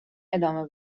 ادامه